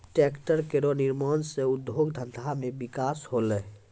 tractor केरो निर्माण सँ उद्योग धंधा मे बिकास होलै